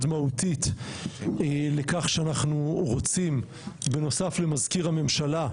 מהותית לכך שאנחנו רוצים בנוסף למזכיר הממשלה,